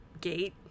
gate